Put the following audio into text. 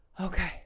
okay